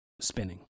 spinning